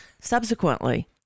Subsequently